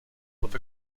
with